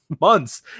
months